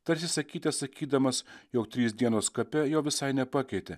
tarsi sakyte sakydamas jog trys dienos kape jo visai nepakeitė